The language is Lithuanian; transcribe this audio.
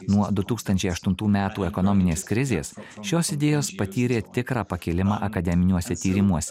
nuo du tūkstančiai aštuntų metų ekonominės krizės šios idėjos patyrė tikrą pakilimą akademiniuose tyrimuose